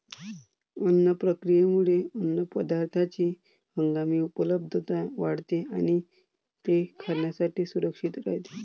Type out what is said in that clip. अन्न प्रक्रियेमुळे अन्नपदार्थांची हंगामी उपलब्धता वाढते आणि ते खाण्यासाठी सुरक्षित राहते